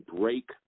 break